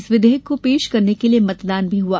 इस विधेयक को पेश करने के लिये मतदान भी हुआ